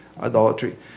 idolatry